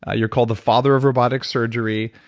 ah you're called the father of robotic surgery.